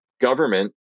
government